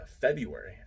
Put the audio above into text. February